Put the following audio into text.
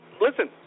Listen